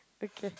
okay